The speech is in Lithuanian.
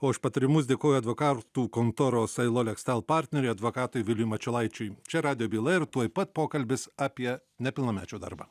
o už patarimus dėkoju advokatų kontoros ailolekstal partneriui advokatui viliui mačiulaičiui čia radijo byla ir tuoj pat pokalbis apie nepilnamečių darbą